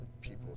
people